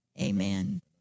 Amen